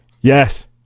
Yes